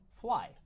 fly